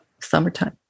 Summertime